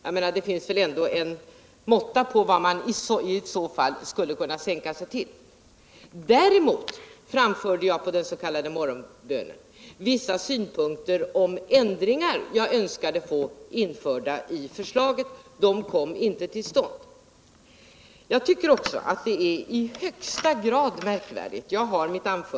Jag menar att det väl ändå måste vara någon måtta med vad man i så fall skulle kunna sänka sig till. Däremot framförde jag på den s.k. morgonbönen att jag önskade få vissa ändringar införda i förslaget, men dessa kom inte till stånd. Jag har framför mig ett exemplar av mitt anförande, dock icke i översättning.